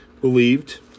believed